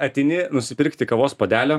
ateini nusipirkti kavos puodelio